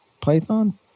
python